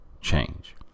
change